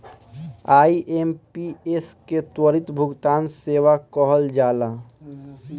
IMPS के त्वरित भुगतान सेवा कहल जाला